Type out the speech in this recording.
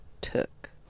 took